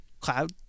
cloud